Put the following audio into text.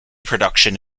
production